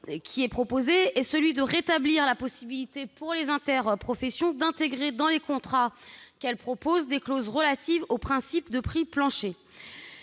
objectif est de rétablir la possibilité, pour les interprofessions, d'intégrer dans les contrats qu'elles proposent des clauses relatives au principe de prix plancher.